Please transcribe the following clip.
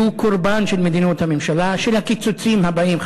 תהיה קורבן של מדיניות הממשלה, של הקיצוצים הבאים.